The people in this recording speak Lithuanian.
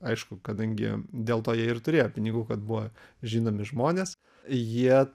aišku kadangi dėl to jie ir turėjo pinigų kad buvo žinomi žmonės jie